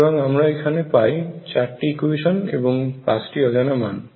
সুতরাং আমরা এখানে পাই চারটি ইকুয়েশন এবং পাঁচটি অজানা মান